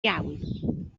iawn